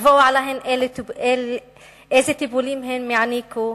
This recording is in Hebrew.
לקבוע להן אילו טיפולים הן יעניקו,